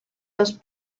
los